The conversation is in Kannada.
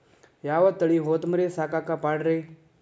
ಯಾವ ತಳಿ ಹೊತಮರಿ ಸಾಕಾಕ ಪಾಡ್ರೇ?